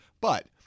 but-